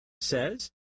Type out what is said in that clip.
says